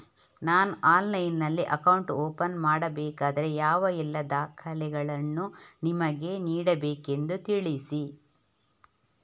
ನಾನು ಆನ್ಲೈನ್ನಲ್ಲಿ account open ಮಾಡಬೇಕಾದರೆ ಯಾವ ಎಲ್ಲ ದಾಖಲೆಗಳನ್ನು ನಿಮಗೆ ನೀಡಬೇಕೆಂದು ತಿಳಿಸಿ?